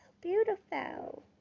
beautiful